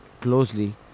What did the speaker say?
closely